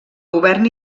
govern